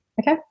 Okay